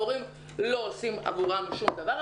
המורים לא עושים עבורם שום דבר,